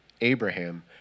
Abraham